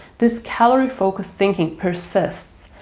this calorie focused thinking persists,